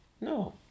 no